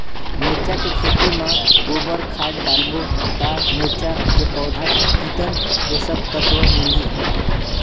मिरचा के खेती मां गोबर खाद डालबो ता मिरचा के पौधा कितन पोषक तत्व मिलही?